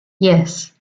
yes